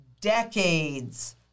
decades